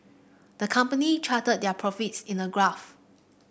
the company charted their profits in a graph